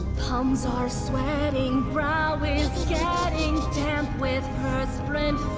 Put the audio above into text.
palms are sweating brow is getting damp with perspirant